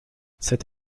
cette